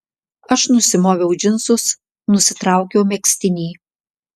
aš nusimoviau džinsus nusitraukiau megztinį